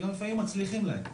שגם לפעמים מצליחים להם,